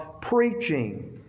preaching